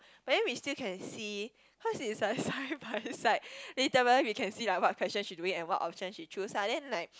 but then we still can see cause is like side by side literally we can see like what question she doing and what option she choose lah then like